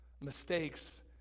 mistakes